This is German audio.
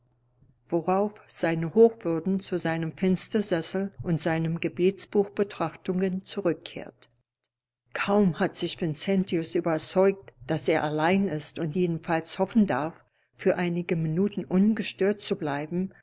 worauf seine hochwürden zu seinem fenstersessel und seinen gebetbuchbetrachtungen zurückkehrt kaum hat sich vincentus überzeugt daß er allein ist und jedenfalls hoffen darf für einige minuten ungestört zu bleiben